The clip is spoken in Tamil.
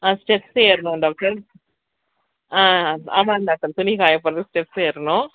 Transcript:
ஆ ஸ்டெப்ஸ்ஸு ஏறுணும் டாக்டர் ஆ ஆ ஆமாம் டாக்டர் துணி காயப்போடுறதுக்கு ஸ்டெப்ஸ்ஸு ஏறுணும்